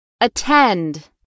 Attend